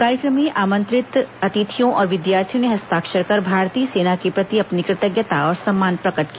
कार्यक्रम में आमंत्रित अतिथियों और विद्यार्थियों ने हस्ताक्षर कर भारतीय सेना के प्रति अपनी कृतज्ञता और सम्मान प्रकट की